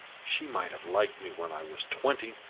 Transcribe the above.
she might have liked me when i was twenty!